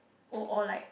oh or like